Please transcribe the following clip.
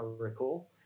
recall